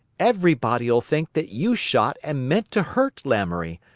everybody'll think that you shot and meant to hurt lamoury,